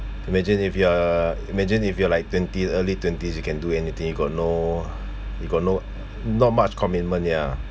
imagine if you are imagine if you are like twenty early twenties you can do anything you got no you got no not much commitment ya